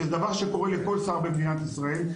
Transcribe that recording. שזה דבר שקורה לכל שר במדינת ישראל,